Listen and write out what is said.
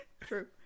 true